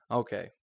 Okay